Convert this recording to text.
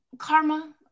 Karma